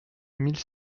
mille